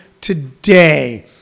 today